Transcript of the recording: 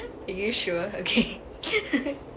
are you sure okay